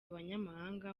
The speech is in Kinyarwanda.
abanyamahanga